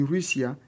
Russia